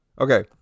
Okay